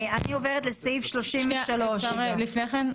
אני עוברת לסעיף 33. אם אפשר לפני כן.